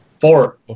Four